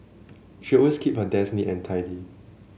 she always keep her desk neat and tidy